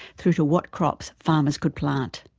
through to what crops farmers could plant.